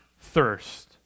thirst